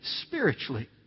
spiritually